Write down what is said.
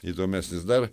įdomesnis dar